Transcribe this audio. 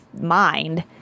mind